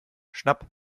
schnapp